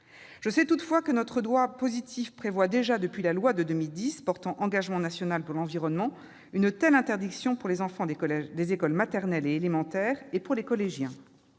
Je sais toutefois que notre droit positif prévoit déjà, depuis la loi de 2010 portant engagement national pour l'environnement, une telle interdiction pour les enfants des écoles maternelles et élémentaires, ainsi que pour les collégiens.